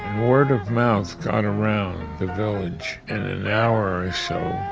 word of mouth got around the village and an hour or so.